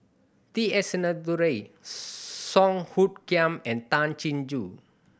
T S Sinnathuray Song Hoot Kiam and Tay Chin Joo